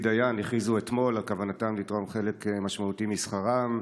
דיין הכריזו אתמול על כוונתם לתרום חלק משמעותי משכרם,